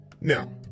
Now